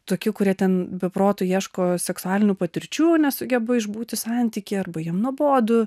tokių kurie ten be proto ieško seksualinių patirčių nesugeba išbūti santykyje arba jiem nuobodu